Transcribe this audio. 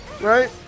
right